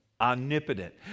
omnipotent